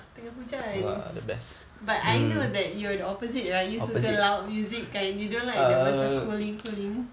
tengah hujan but I know that you are the opposite right you suka loud music kan you don't like macam cooling cooling